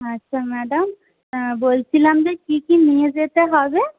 আচ্ছা ম্যাডাম বলছিলাম যে কি কি নিয়ে যেতে হবে